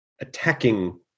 attacking